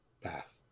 path